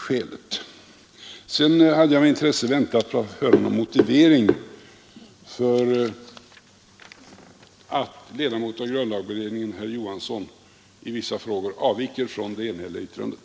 Sedan väntade jag förgäves på någon motivering för att ledamoten av grundlagberedningen herr Johansson i Trollhätten i vissa frågor avviker från det enhälliga yttrandet.